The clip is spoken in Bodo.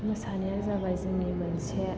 मोसानाया जाबाय जोंनि मोनसे